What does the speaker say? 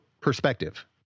perspective